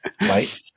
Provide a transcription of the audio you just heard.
right